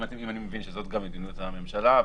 אם אני מבין שזאת גם מדיניות הממשלה,